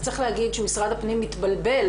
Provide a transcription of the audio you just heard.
צריך להגיד שמשרד הפנים מתבלבל,